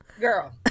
girl